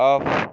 off